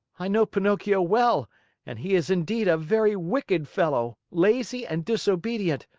i know pinocchio well and he is indeed a very wicked fellow, lazy and disobedient,